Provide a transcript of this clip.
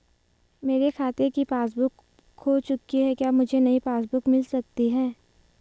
मेरे खाते की पासबुक बुक खो चुकी है क्या मुझे नयी पासबुक बुक मिल सकती है?